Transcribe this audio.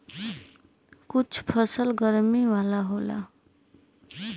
कुछ फसल गरमी वाला होला